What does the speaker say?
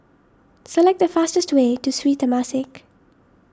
select the fastest way to Sri Temasek